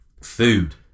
Food